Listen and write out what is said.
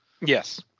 Yes